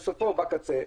בקצה,